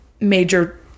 major